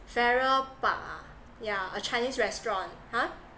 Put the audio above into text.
farrer park ah yeah a chinese restaurant !huh!